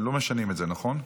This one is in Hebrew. אתם לא משנים את זה, נכון?